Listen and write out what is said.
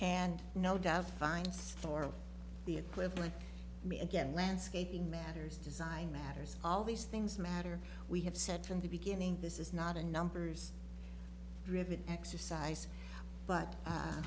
and no doubt finds for the equivalent me again landscaping matters design matters all these things matter we have said from the beginning this is not a numbers driven exercise but